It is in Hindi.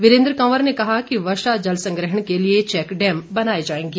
वीरेन्द्र कंवर ने कहा कि वर्षा जल संग्रहण के लिए चैक डैम बनाए जाएंगे